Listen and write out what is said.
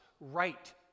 right